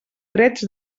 drets